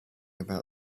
about